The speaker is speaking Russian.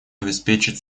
обеспечить